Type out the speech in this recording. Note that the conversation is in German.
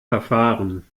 verfahren